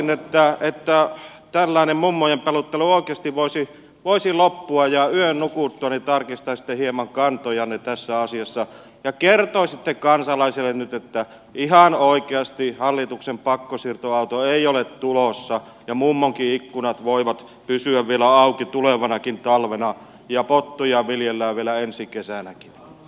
haluaisin että tällainen mummojen pelottelu oikeasti voisi loppua ja yön nukuttuanne tarkistaisitte hieman kantojanne tässä asiassa ja kertoisitte kansalaisille nyt että ihan oikeasti hallituksen pakkosiirtoauto ei ole tulossa ja mummonkin ikkunat voivat pysyä vielä auki tulevanakin talvena ja pottuja viljellään vielä ensi kesänäkin